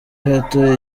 hato